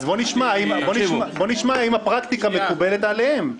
אז בוא נשמע האם הפרקטיקה מקובלת עליהם.